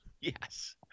yes